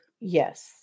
Yes